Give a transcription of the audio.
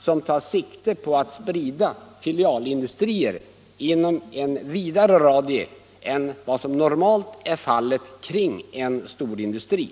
som tar sikte på att sprida filialindustrier inom en vidare radie än som normalt blir fallet kring en storindustri.